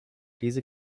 diese